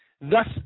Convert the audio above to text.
thus